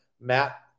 Matt